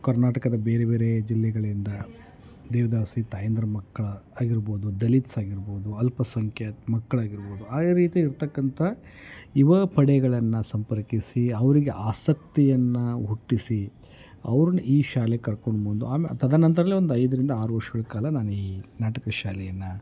ಕರ್ನಾಟಕದ ಬೇರೆ ಬೇರೆ ಜಿಲ್ಲೆಗಳಿಂದ ದೇವದಾಸಿ ತಾಯಂದ್ರ ಮಕ್ಳು ಆಗಿರ್ಬೋದು ದಲಿತ್ಸ್ ಆಗಿರ್ಬೋದು ಅಲ್ಪಸಂಖ್ಯಾತ ಮಕ್ಕಳಾಗಿರ್ಬೋದು ಆಯಾ ರೀತಿಯಾಗಿ ಇರತಕ್ಕಂಥ ಯುವ ಪಡೆಗಳನ್ನು ಸಂಪರ್ಕಿಸಿ ಅವರಿಗೆ ಆಸಕ್ತಿಯನ್ನು ಹುಟ್ಟಿಸಿ ಅವ್ರನ್ನು ಈ ಶಾಲೆಗೆ ಕರ್ಕೊಂಡುಬಂದು ಆಮೆ ತದನಂತರದಲ್ಲೇ ಒಂದು ಐದರಿಂದ ಆರು ವರ್ಷಗಳ ಕಾಲ ನಾನು ಈ ನಾಟಕ ಶಾಲೆಯನ್ನು